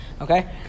okay